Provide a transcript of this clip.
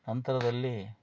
ನಂತರದಲ್ಲಿ